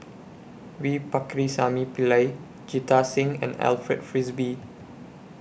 V Pakirisamy Pillai Jita Singh and Alfred Frisby